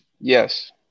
yes